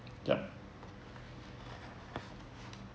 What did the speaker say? yup